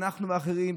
אנחנו ואחרים,